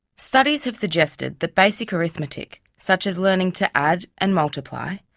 studies have suggested that basic arithmetic, such as learning to add and multiply,